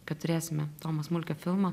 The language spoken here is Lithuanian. kad turėsime tomo smulkio filmą